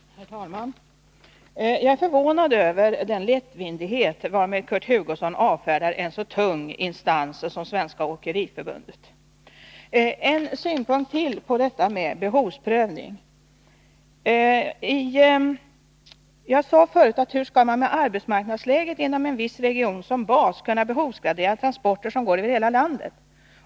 Herr talman! Jag är förvånad över den lättvindighet varmed Kurt Hugosson avfärdar en så tung instans som Svenska åkeriförbundet. Jag skall ge ytterligare en synpunkt på detta med behovsprövning. Jag sade tidigare: Hur skall man med arbetsmarknadsläget i en viss region som bas kunna behovsgradera transporter som går över hela landet?